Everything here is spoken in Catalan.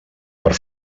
per